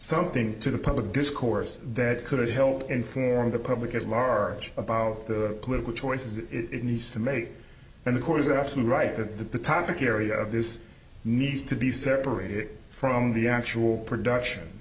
something to the public discourse that could help inform the public at large about the political choices that it needs to make and the court is absolutely right that that the topic area of this needs to be separated from the actual production